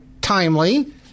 timely